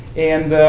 and